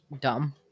dumb